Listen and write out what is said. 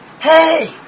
Hey